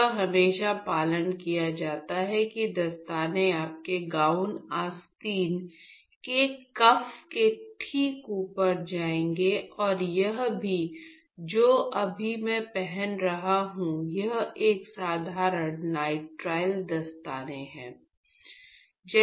यह हमेशा पालन किया जाता है कि दस्ताने आपके गाउन आस्तीन के कफ के ठीक ऊपर जाएंगे और यह जो मैं अभी पहन रहा हूं वह एक साधारण नाइट्राइल दस्ताने है